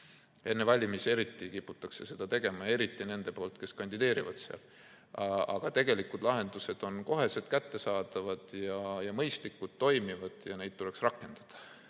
Enne valimisi eriti kiputakse seda tegema ja eriti nende poolt, kes kandideerivad. Aga tegelikud lahendused on kohe kättesaadavad ja mõistlikud, toimivad, ja neid tuleks rakendada.